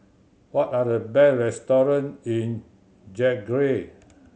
what are the restaurants in Zagreb